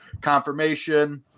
confirmation